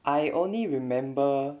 I only remember